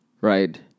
Right